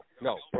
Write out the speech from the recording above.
No